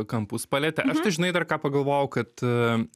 kampus palietė aš tai žinai dar ką pagalvojau kad